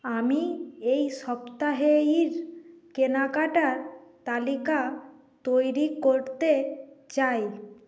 আমি এই সপ্তাহের কেনাকাটার তালিকা তৈরি করতে চাই